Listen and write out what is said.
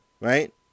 Right